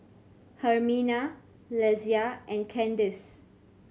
Hermina Lesia and Candace